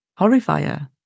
Horrifier